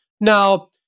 Now